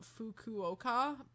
fukuoka